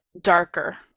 darker